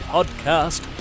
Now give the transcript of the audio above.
Podcast